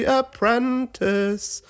apprentice